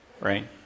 Right